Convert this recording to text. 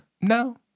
No